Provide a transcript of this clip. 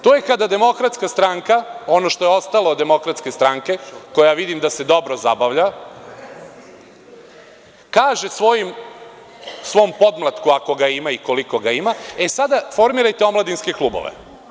To je kada DS, ono što je ostalo od DS, koja vidim da se dobro zabavlja, kaže svom podmlatku, ako ga ima i koliko ga ima – e, sada formirajte omladinske klubove.